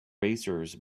racers